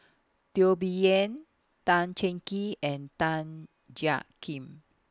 Teo Bee Yen Tan Cheng Kee and Tan Jiak Kim